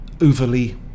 overly